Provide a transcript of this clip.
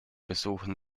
besuchern